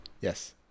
Yes